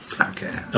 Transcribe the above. Okay